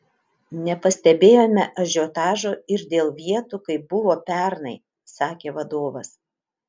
nepastebėjome ažiotažo ir dėl vietų kaip buvo pernai sakė vadovas